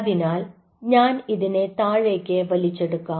അതിനാൽ ഞാൻ ഇതിനെ താഴേക്ക് വലിച്ചെടുക്കാം